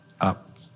up